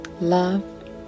love